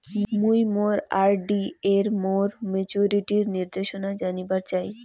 মুই মোর আর.ডি এর মোর মেচুরিটির নির্দেশনা জানিবার চাই